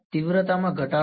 તીવ્રતામાં ઘટાડો